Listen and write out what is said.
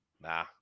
nah